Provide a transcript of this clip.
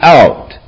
out